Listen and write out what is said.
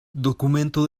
documento